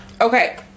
Okay